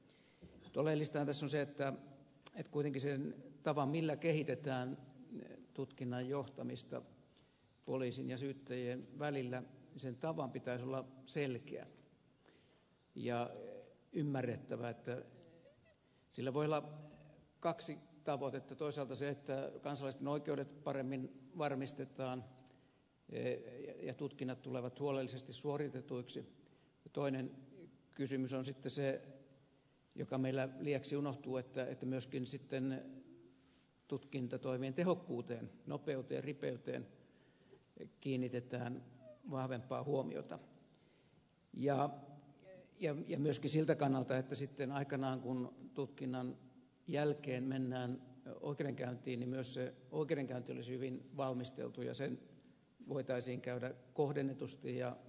oleellistahan tässä on se että kuitenkin sen tavan millä kehitetään tutkinnan johtamista poliisin ja syyttäjien välillä pitäisi olla selkeä ja ymmärrettävä että sillä voi olla kaksi tavoitetta toisaalta se että kansalaisten oikeudet paremmin varmistetaan ja tutkinnat tulevat huolellisesti suoritetuiksi ja toinen kysymys on sitten se joka meillä liiaksi unohtuu että myöskin sitten tutkintatoimien tehokkuuteen nopeuteen ripeyteen kiinnitetään vahvempaa huomiota ja myöskin siltä kannalta että sitten aikanaan kun tutkinnan jälkeen mennään oikeudenkäyntiin myös oikeudenkäynti olisi hyvin valmisteltu ja se voitaisiin käydä kohdennetusti ja viivytyksittä